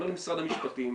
אני אומר למשרד המשפטים,